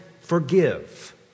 forgive